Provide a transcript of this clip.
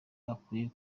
akwiye